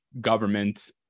government